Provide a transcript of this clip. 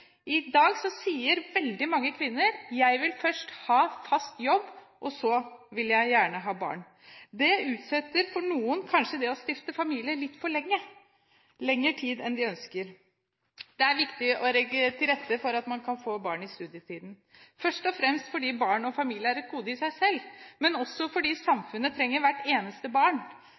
I dag sier veldig mange kvinner: Jeg vil først ha fast jobb, og så vil jeg gjerne ha barn. Derfor utsetter kanskje for noen det å stifte familie litt for lenge – lenger enn de ønsker. Det er viktig å legge til rette for at man kan få barn i studietiden, først og fremst fordi barn og familie er et gode i seg selv, men også fordi samfunnet trenger hvert eneste barn.